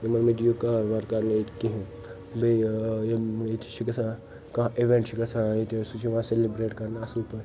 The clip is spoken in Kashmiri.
یِمن مہٕ دیو کار وار کرنہٕ ییٚتہِ کہیٖنۍ بیٚیہِ ٲں یِم ییٚتہِ چھُ گژھان کانٛہہ اویٚنٛٹ چھُ گژھان ییٚتہِ سُہ چھُ یوان سیٚلِبرٛیٹ کرنہٕ اصٕل پٲٹھۍ